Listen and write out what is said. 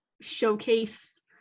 showcase